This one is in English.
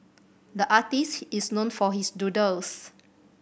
the artist is known for his doodles